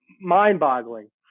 mind-boggling